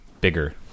bigger